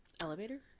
elevator